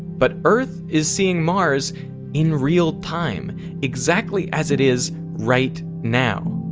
but earth is seeing mars in real time exactly as it is right now.